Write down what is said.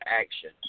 action